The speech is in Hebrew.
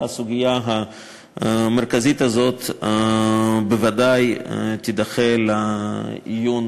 והסוגיה המרכזית הזאת בוודאי תידחה לעיון